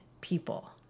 people